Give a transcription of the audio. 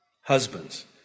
Husbands